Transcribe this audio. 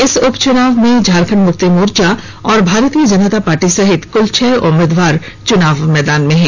इस उपचुनाव में झारखंड मुक्ति मोर्चा और भारतीय जनता पार्टी सहित कुल छह उम्मीदवार चुनाव मैदान में हैं